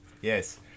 Yes